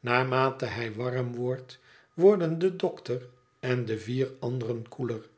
naarmate hij warm wordt worden de dokter eu de vier anderen koeler